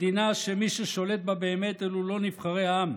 מדינה שמי ששולט בה באמת אלו לא נבחרי העם